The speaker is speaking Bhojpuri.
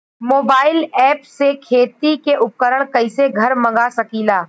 मोबाइल ऐपसे खेती के उपकरण कइसे घर मगा सकीला?